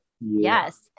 Yes